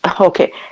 Okay